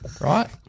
right